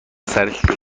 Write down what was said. سرش